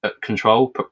control